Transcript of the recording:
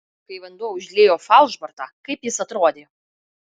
kai vanduo užliejo falšbortą kaip jis atrodė